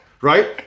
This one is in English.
right